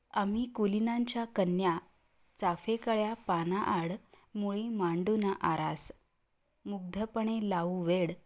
आम्ही कुलीनांच्या कन्या चाफेकळ्या पानाआड मुळी मांडू ना आरास मुग्धपणे लावू वेड